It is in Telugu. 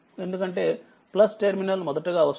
ఎందుకంటేటెర్మినల్ మొదటగా వస్తుంది